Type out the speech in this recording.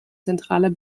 zentraler